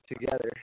together